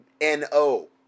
N-O